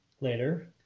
Later